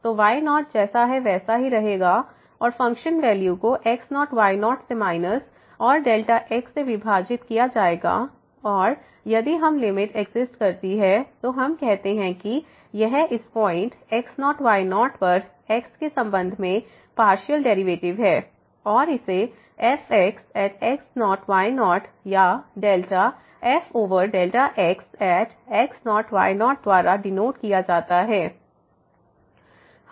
तो y0 जैसा है वैसा ही रहेगा और फंक्शन वैल्यू को x0y0 से माइनस और xसे विभाजित किया जाएगा और यदि यह लिमिट एग्जिस्ट करती है तो हम कहते हैं कि यह इस पॉइंट x0y0 पर x के संबंध में पार्शियल डेरिवेटिव है और इसे fx x0y0या delta f over x x0y0 द्वारा डिनोट किया जाता है